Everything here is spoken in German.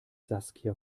saskia